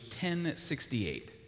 1068